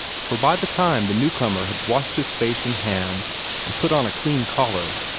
for by the time the new-comer had washed his face and hands and put on a clean collar,